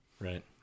Right